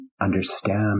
understand